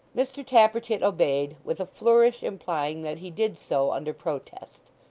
mr tappertit obeyed, with a flourish implying that he did so, under protest.